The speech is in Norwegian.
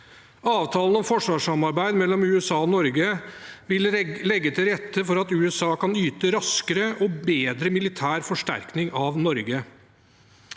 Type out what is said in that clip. Avtalen om forsvarssamarbeid mellom USA og Norge vil legge til rette for at USA kan yte raskere og bedre militær forsterkning av Norge.